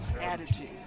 Attitude